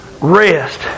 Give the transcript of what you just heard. rest